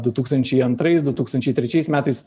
du tūkstančiai antrais du tūkstančiai trečiais metais